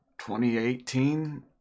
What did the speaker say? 2018